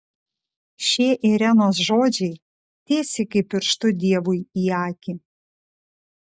šie irenos žodžiai tiesiai kaip pirštu dievui į akį